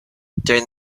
during